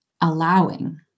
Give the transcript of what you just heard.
allowing